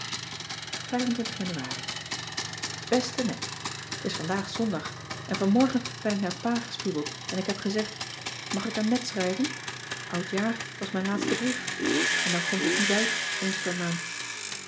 januari beste net t is vandaag zondag en vanmorgen ben ik naar pa gespiebeld en ik heb gezegd mag ik aan net schrijven oudjaar was mijn laatste brief en dan komt het niet uit eens per maand